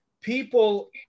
people